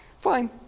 Fine